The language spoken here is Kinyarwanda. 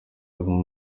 avamo